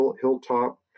hilltop